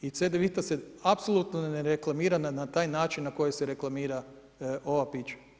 I Cedevita se apsolutno ne reklamira na taj način na koji se reklamira ova pića.